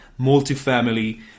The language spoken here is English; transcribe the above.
multifamily